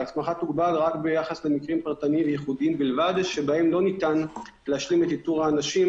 תוגבל רק ביחס למקרים פרטניים שבהם לא ניתן להשלים את איתור האנשים